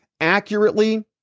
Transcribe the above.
accurately